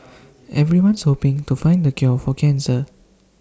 everyone's hoping to find the cure for cancer